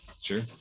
sure